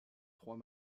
trois